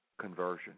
conversion